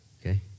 Okay